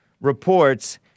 reports